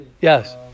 Yes